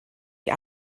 die